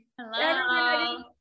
Hello